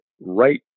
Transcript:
right